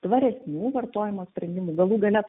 tvaresnių vartojimo sprendimų galų gale